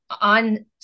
on